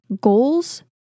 goals